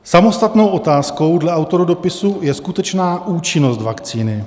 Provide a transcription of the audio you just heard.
Samostatnou otázkou dle autorů dopisu je skutečná účinnost vakcíny.